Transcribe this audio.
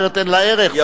אחרת אין לה ערך.